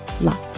love